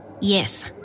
Yes